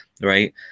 right